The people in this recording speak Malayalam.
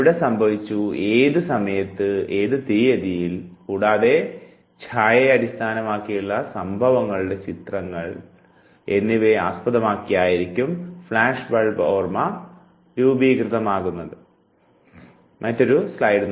എവിടെ സംഭവിച്ചു ഏതു സമയത്ത് ഏതു തീയതിയിൽ കൂടാതെ ഛായയെ അടിസ്ഥാനമാക്കിയുള്ള സംഭവങ്ങളുടെ ചിത്രങ്ങൾ എന്നിവയെ ആസ്പതമാക്കിയായിരിക്കും ഫ്ലാഷ് ബൾബ് ഓർമ്മ രൂപവൽക്കരിക്കപ്പെടുന്നത്